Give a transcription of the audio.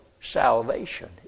salvation